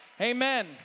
Amen